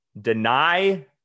deny